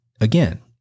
again